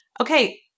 okay